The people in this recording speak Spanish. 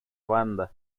banda